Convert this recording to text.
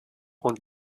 und